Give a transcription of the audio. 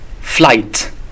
Flight